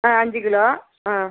ஆ அஞ்சு கிலோ ஆ